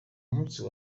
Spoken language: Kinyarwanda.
munsi